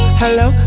hello